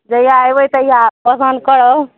जहिआ अयबै तहिआ पसन्द करब